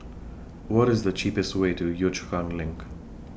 What IS The cheapest Way to Yio Chu Kang LINK